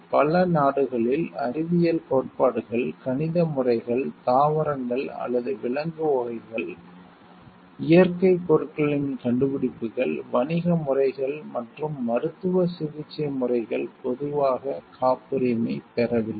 பல நாடுகளில் அறிவியல் கோட்பாடுகள் கணித முறைகள் தாவரங்கள் அல்லது விலங்கு வகைகள் இயற்கை பொருட்களின் கண்டுபிடிப்புகள் வணிக முறைகள் மற்றும் மருத்துவ சிகிச்சை முறைகள் பொதுவாக காப்புரிமை பெறவில்லை